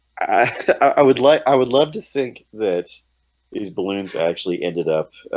i would like i would love to think that these balloons actually ended up